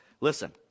Listen